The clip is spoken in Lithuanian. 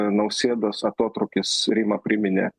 nausėdos atotrūkis rima priminė